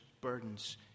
burdens